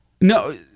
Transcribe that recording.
no